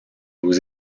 aux